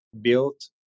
built